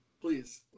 Please